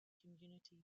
community